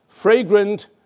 Fragrant